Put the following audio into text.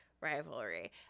rivalry